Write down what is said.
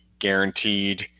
guaranteed